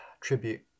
tribute